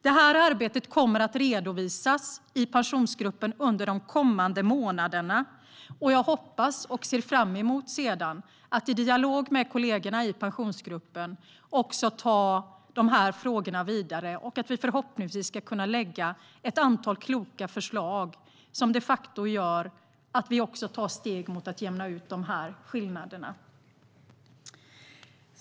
Det arbetet kommer att redovisas i Pensionsgruppen under de kommande månaderna, och jag hoppas och ser fram emot att i dialog med kollegorna i Pensionsgruppen ta frågorna vidare. Förhoppningsvis ska vi kunna lägga fram ett antal kloka förslag som de facto gör att vi tar steg mot att jämna ut skillnaderna.